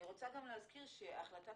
אני רוצה גם להזכיר שהחלטת